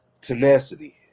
tenacity